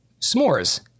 S'mores